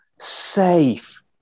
safe